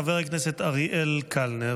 חבר הכנסת אריאל קלנר.